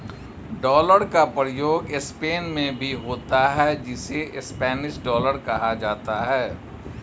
dollar का प्रयोग Spain में भी होता है जिसे स्पेनिश डॉलर कहा जाता है